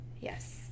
Yes